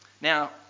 Now